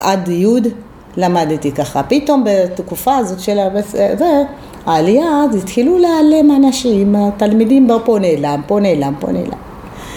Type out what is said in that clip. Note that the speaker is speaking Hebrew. ‫עד יוד למדתי ככה, ‫פתאום בתקופה הזאת של ה... ‫העלייה, התחילו להיעלם אנשים, ‫תלמידים פה נעלם, פה נעלם, פה נעלם.